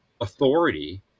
authority